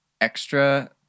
extra